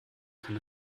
kann